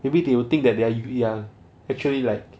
maybe they will think that they are usually are actually like